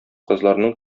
кызларның